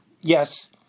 Yes